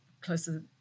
closer